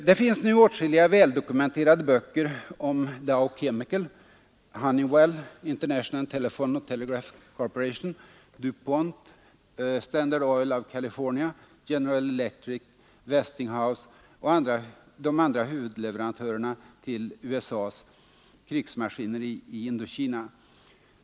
Det finns nu åtskilliga väldokumenterade böcker om Dow Chemical, Honeywell, International Telephone and Telegraph Corp., Du Pont, Standard Oil of California, General Electric, Westinghouse och de andra huvudleverantörerna till USA:s krigsmaskineri i Indokina.